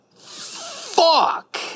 fuck